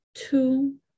two